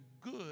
good